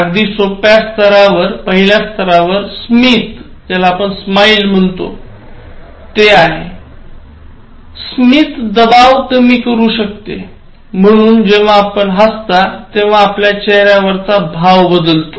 अगदी सोप्या स्तरावर स्मित दबाव कमी करू शकते म्हणून जेव्हा आपण हसता तेव्हा आपल्या चेहऱ्याचा भाव बदलतो